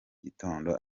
gitondo